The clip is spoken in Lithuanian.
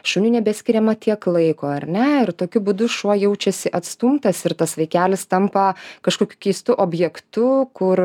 šuniui nebeskiriama tiek laiko ar ne ir tokiu būdu šuo jaučiasi atstumtas ir tas vaikelis tampa kažkokiu keistu objektu kur